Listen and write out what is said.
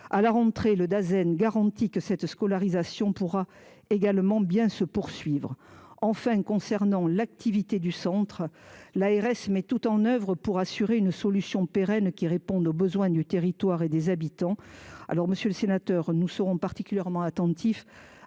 nationale (Dasen) garantit que cette scolarisation pourra bien se poursuivre à la rentrée. En ce qui concerne l’activité du centre, l’ARS met tout en œuvre pour assurer une solution pérenne qui réponde aux besoins du territoire et des habitants. Monsieur le sénateur, nous serons particulièrement attentifs